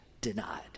denied